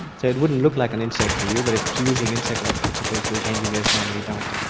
so it wouldn't look like an insect to you but it's using insect-like principles which engineers normally don't.